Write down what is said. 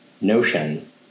notion